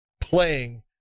playing